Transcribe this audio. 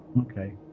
Okay